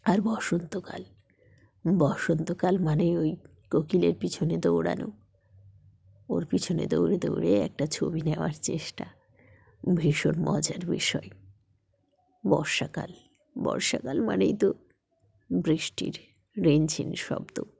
আর বসন্তকাল বসন্তকাল মানে ওই কোকিলের পিছনে দৌড়ানো ওর পিছনে দৌড়ে দৌড়ে একটা ছবি নেওয়ার চেষ্টা ভীষণ মজার বিষয় বর্ষাকাল বর্ষাকাল মানেই তো বৃষ্টির রিনঝিন শব্দ